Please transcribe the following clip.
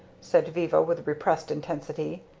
said viva with repressed intensity.